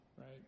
right